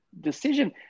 decision